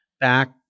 back